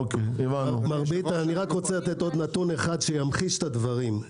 עוד נתון אחד שימחיש את הדברים.